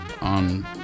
on